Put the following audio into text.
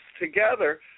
together